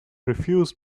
refused